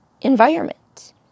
environment